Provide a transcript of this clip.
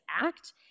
act